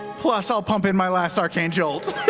plus, i'll pump in my last arcane jolt.